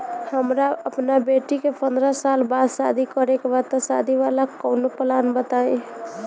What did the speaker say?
हमरा अपना बेटी के पंद्रह साल बाद शादी करे के बा त शादी वाला कऊनो प्लान बताई?